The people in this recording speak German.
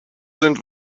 sind